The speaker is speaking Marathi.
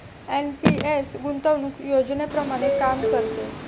एन.पी.एस गुंतवणूक योजनेप्रमाणे काम करते